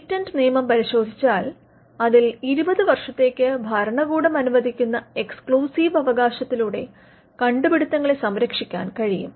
patent നിയമം പരിശോധിച്ചാൽ അതിൽ 20 വർഷത്തേക്ക് ഭരണകൂടം അനുവദിക്കുന്ന എക്സ്ക്ലൂസീവ് അവകാശത്തിലൂടെ കണ്ടുപിടുത്തങ്ങളെ സംരക്ഷിക്കാൻ കഴിയും